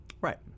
Right